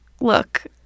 look